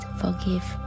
forgive